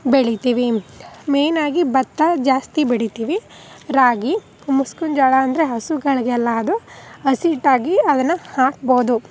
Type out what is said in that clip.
ಬೆಳಿತೀವಿ ಮೇನಾಗಿ ಭತ್ತ ಜಾಸ್ತಿ ಬೆಳಿತೀವಿ ರಾಗಿ ಮುಸ್ಕಿನ ಜೋಳ ಅಂದರೆ ಹಸುಗಳಿಗೆ ಎಲ್ಲ ಅದು ಹಸಿ ಹಿಟ್ಟಾಗಿ ಅದನ್ನು ಹಾಕ್ಬೋದು